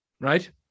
right